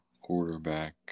quarterback